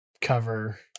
cover